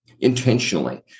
intentionally